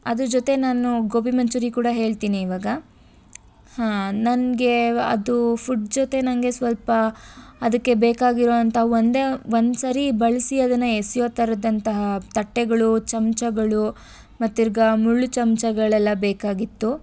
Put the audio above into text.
ಅದ್ರ ಜೊತೆ ನಾನು ಗೋಬಿ ಮಂಚೂರಿ ಕೂಡ ಹೇಳ್ತೀನಿ ಇವಾಗ ಹಾಂ ನನಗೆ ಅದು ಫುಡ್ ಜೊತೆ ನನಗೆ ಸ್ವಲ್ಪ ಅದಕ್ಕೆ ಬೇಕಾಗಿರುವಂತ ಒಂದೇ ಒಂದು ಸರಿ ಬಳಸಿ ಅದನ್ನು ಎಸೆಯೊ ಥರದಂತ ತಟ್ಟೆಗಳು ಚಮಚಗಳು ಮತ್ತೆ ತಿರ್ಗಿ ಮುಳ್ಳು ಚಮಚಗಳೆಲ್ಲ ಬೇಕಾಗಿತ್ತು